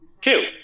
Two